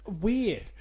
weird